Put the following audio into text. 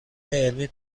علمی